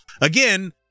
again